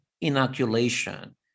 inoculation